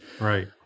right